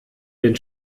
den